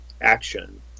Action